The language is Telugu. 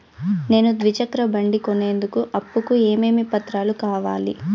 నేను ద్విచక్ర బండి కొనేందుకు అప్పు కు ఏమేమి పత్రాలు కావాలి?